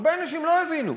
הרבה אנשים לא הבינו.